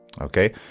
okay